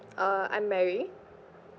uh I'm mary